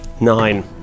Nine